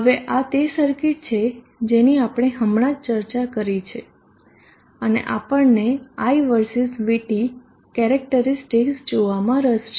હવે આ તે સર્કિટ છે જેની આપણે હમણાં જ ચર્ચા કરી છે અને આપણને I versus VT કેરેક્ટરીસ્ટિકસ જોવામાં રસ છે